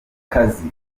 kazi